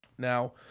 now